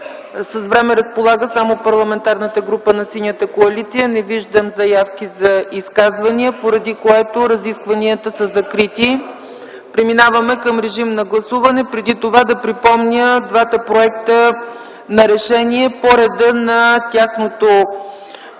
С време разполага само Парламентарната група на Синята коалиция. Не виждам заявки за изказвания, поради което разискванията са закрити. Преминаваме към режим на гласуване. Преди това да припомня двата проекта за решения по реда на тяхното